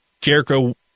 Jericho